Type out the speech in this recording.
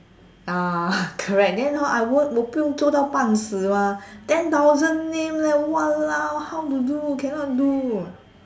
ah correct then hor I won't 我不用做到半死 mah ten thousand name leh !walao! how to do cannot do